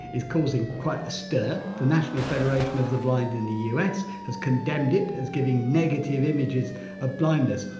is causing quite a stir. the national federation of the blind in the us has condemned it as giving negative images of blindness.